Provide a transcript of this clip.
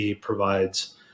provides